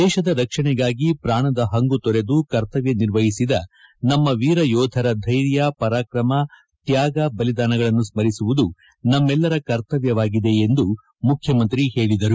ದೇಶದ ರಕ್ಷಣೆಗಾಗಿ ಪ್ರಾಣದ ಹಂಗು ತೊರೆದು ಕರ್ತವ್ದ ನಿರ್ವಹಿಸಿ ನಮ್ಮ ವೀರಯೋಧರ ಧೈರ್ಯ ಪರಾಕ್ರಮ ತ್ಯಾಗ ಬಲಿದಾನಗಳನ್ನು ಸ್ಥರಿಸುವುದು ನಮ್ನೆಲ್ಲರ ಕರ್ತವ್ಟವಾಗಿದೆ ಎಂದು ಮುಖ್ಚಮಂತ್ರಿ ಹೇಳಿದರು